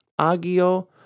Agio